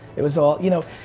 it was all, you know,